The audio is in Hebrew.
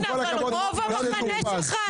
כן, אבל רוב המחנה שלך.